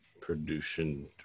production